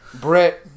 Brett